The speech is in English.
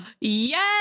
Yes